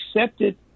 accepted